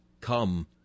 Come